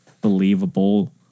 believable